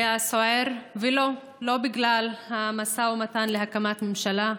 היה סוער, ולא, לא בגלל המשא ומתן להקמת ממשלה,